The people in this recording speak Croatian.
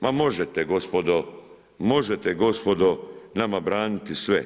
Ma možete gospodo možete gospodo nama braniti sve.